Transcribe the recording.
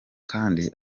kandi